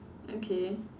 okay